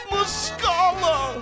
Muscala